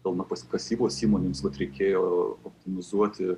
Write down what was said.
kalnakasybos įmonėms vat reikėjo optimizuoti